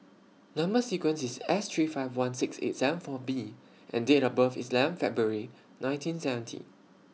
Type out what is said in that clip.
Number sequence IS S three five one six eight seven four B and Date of birth IS eleven February nineteen seventy